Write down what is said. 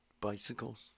bicycles